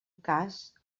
cas